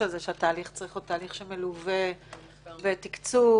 שהתהליך צריך להיות מלווה בתקצוב,